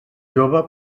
jove